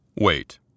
Wait